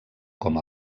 com